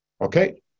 okay